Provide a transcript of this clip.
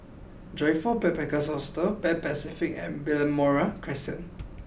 Joyfor Backpackers' Hostel Pan Pacific and Balmoral Crescent